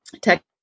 tech